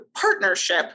partnership